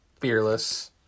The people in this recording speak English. Fearless